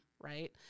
Right